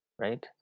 right